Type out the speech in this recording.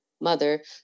mother